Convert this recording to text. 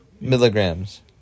milligrams